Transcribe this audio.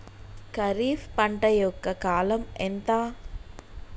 ఖరీఫ్ పంట యొక్క కాలం ఎంత?